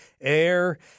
air